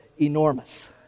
enormous